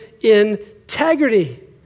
integrity